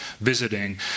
visiting